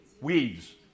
Weeds